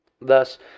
Thus